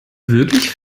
wirklich